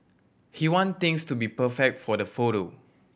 he want things to be perfect for the photo